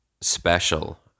special